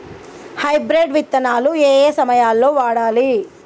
Hybrid విత్తనాలు ఏయే సమయాల్లో వాడాలి?